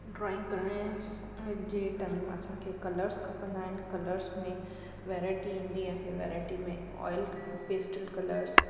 drawing करायांसि अॼु जे टाइम असांखे कलर्स खपंदा आहिनि कलर्स में वैराइटी ईंदी आहे वैराइटी में ऑइल पेस्टल कलर्स